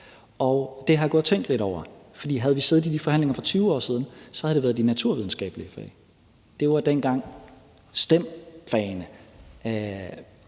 og det har jeg gået og tænkt lidt over. For havde vi siddet i de forhandlinger for 20 år siden, havde det været de naturvidenskabelige fag. Det var dengang, STEM-fagene